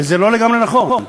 וזה לא לגמרי נכון.